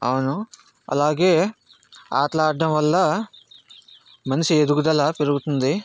అవును అలాగే ఆటలు ఆడటం వలన మనిషి ఎదుగుదల పెరుగుతుంది